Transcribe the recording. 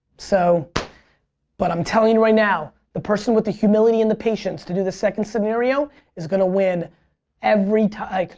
so but i'm telling you right now the person with the humility and the patience to to the second scenario is going to win every time. like